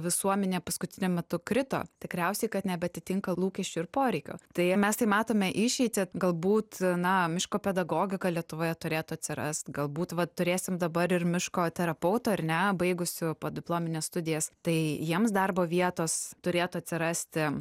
visuomenėj paskutiniu metu krito tikriausiai kad nebeatitinka lūkesčių ir poreikių tai mes tai matome išeitį galbūt na miško pedagogika lietuvoje turėtų atsirast galbūt va turėsim dabar ir miško terapeutų ar ne baigusių podiplomines studijas tai jiems darbo vietos turėtų atsirasti